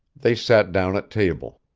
they sat down at table.